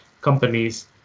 companies